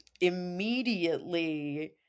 immediately